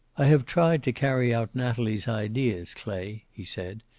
i have tried to carry out natalie's ideas, clay, he said.